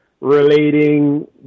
relating